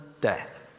death